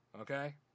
okay